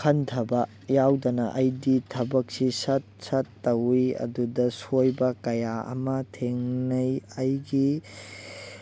ꯈꯟꯊꯕ ꯌꯥꯎꯗꯅ ꯑꯩꯗꯤ ꯊꯕꯛꯁꯤ ꯁꯠ ꯁꯠ ꯇꯧꯋꯤ ꯑꯗꯨꯗ ꯁꯣꯏꯕ ꯀꯌꯥ ꯑꯃ ꯊꯦꯡꯅꯩ ꯑꯩꯒꯤ